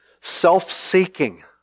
self-seeking